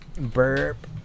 Burp